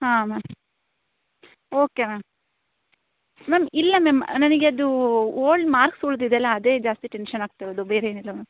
ಹಾಂ ma'am okay ma'am ma'am ಇಲ್ಲ ma'am ನನಗೆ ಅದು ಓಲ್ಡ್ ಮಾರ್ಕ್ಸ್ ಉಳ್ದಿದ್ಯಲ್ಲ ಅದೇ ಜಾಸ್ತಿ ಟೆನ್ಶನ್ ಆಗ್ತಿರೋದು ಬೇರೇನಿಲ್ಲ ಮ್ಯಾಮ್